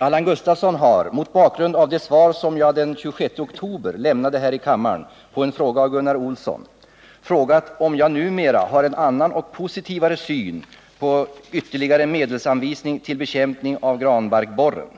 Allan Gustafsson har — mot bakgrund av det svar som jag den 26 oktober lämnade här i kammaren på en fråga av Gunnar Olsson — frågat om jag numera har en annan och positivare syn på ytterligare medelsanvisning till bekämpning av granbarkborren.